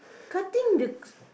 cutting the